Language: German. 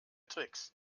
tricks